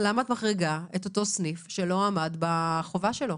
את מחריגה את אותו סניף שלא עמד בחובה שלו?